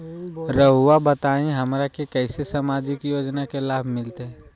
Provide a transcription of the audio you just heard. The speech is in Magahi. रहुआ बताइए हमरा के कैसे सामाजिक योजना का लाभ मिलते?